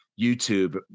YouTube